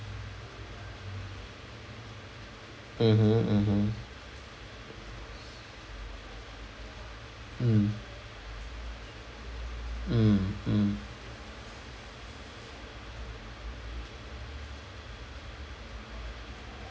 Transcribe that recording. mmhmm mmhmm mm mm mm